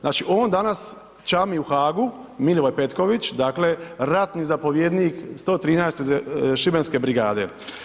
Znači on danas čami u Haagu, Milivoj Petković, dakle, ratni zapovjednik 113. šibenske brigade.